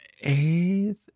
eighth